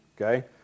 Okay